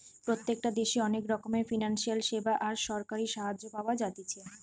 প্রত্যেকটা দেশে অনেক রকমের ফিনান্সিয়াল সেবা আর সরকারি সাহায্য পাওয়া যাতিছে